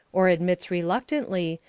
or admits reluctantly,